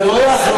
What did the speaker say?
זה לא יעזור.